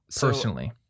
Personally